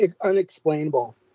unexplainable